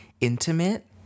intimate